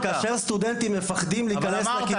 אבל כאשר סטודנטים מפחדים להיכנס לכיתות --- אבל אמרת,